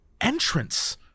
entrance